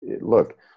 look –